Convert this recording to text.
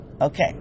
Okay